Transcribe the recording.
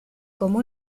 como